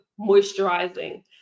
moisturizing